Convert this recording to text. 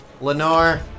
Lenore